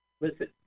Listen